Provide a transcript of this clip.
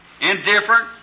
indifferent